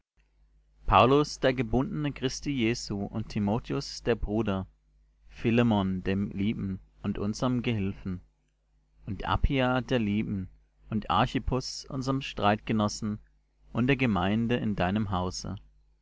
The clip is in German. paulus der gebundene christi jesu und timotheus der bruder philemon dem lieben und unserm gehilfen und appia der lieben und archippus unserm streitgenossen und der gemeinde in deinem hause